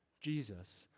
Jesus